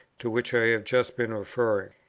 to which i have just been referring.